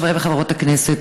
חברי וחברות הכנסת,